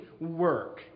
work